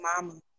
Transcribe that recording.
mama